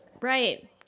Right